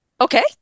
Okay